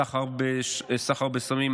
סחר בסמים,